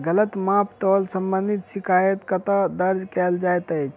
गलत माप तोल संबंधी शिकायत कतह दर्ज कैल जाइत अछि?